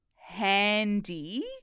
handy